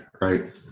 Right